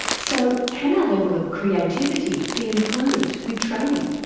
so can our level of creativity be improved with training?